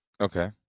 Okay